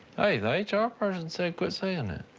hey, the h r. person said quit saying that.